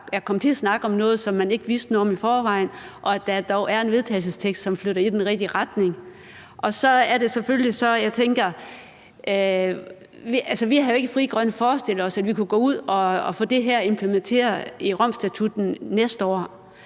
nogle har snakket om noget, som man ikke vidste noget om i forvejen, og at vi dog har en vedtagelsestekst, som flytter det i den rigtige retning. I Frie Grønne havde vi jo selvfølgelig ikke forestillet os, at vi kunne gå ud og få det her implementeret i Romstatutten næste år,